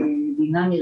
דינמי,